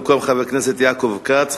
במקום חבר הכנסת יעקב כץ,